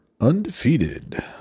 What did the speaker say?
undefeated